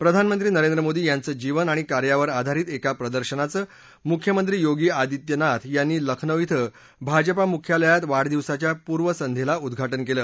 प्रधानमंत्री नरेंद्र मोदी यांचं जीवन आणि कार्यावर आधारित एका प्रदर्शनाचं मुख्यमंत्री योगी आदित्यनाथ यांनी लखनौ इथं भाजपा मुख्यालयात वाढदिवसाच्या पूर्वसंध्येला उद्वाटन केलं